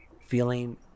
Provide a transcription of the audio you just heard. feeling